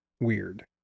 weird